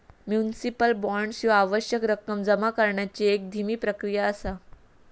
municipal bonds ह्या आवश्यक रक्कम जमा करण्याची एक धीमी प्रक्रिया असा